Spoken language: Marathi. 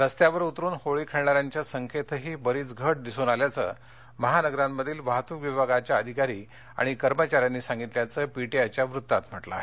रस्त्यांवर उतरुन होळी खेळणाऱ्यांच्या संख्येतही बरीच घट दिसून आल्याचं महानगरांमधील वाहतूक विभागाच्या अधिकारी आणि कर्मचाऱ्यांनी सांगितल्याचं पीटीआयच्या वृत्तात म्हटलं आहे